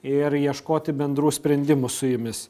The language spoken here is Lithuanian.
ir ieškoti bendrų sprendimų su jumis